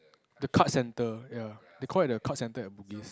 the card centre ya they call it the card centre at Bugis